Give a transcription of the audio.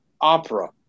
opera